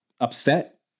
upset